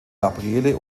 gabriele